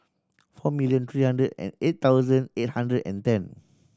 four million three hundred and eight thousand eight hundred and ten